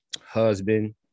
husband